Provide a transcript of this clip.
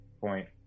point